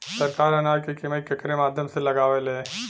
सरकार अनाज क कीमत केकरे माध्यम से लगावे ले?